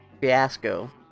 fiasco